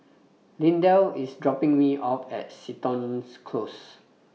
Lindell IS dropping Me off At Seton Close